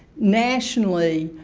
nationally,